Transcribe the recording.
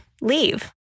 leave